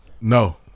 No